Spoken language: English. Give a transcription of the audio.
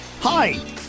Hi